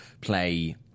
play